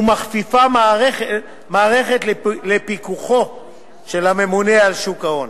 ומכפיפה מערכת לפיקוחו של הממונה על שוק ההון.